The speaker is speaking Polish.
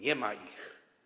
Nie ma „ich”